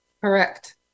Correct